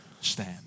stand